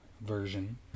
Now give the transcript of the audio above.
version